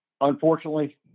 unfortunately